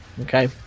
Okay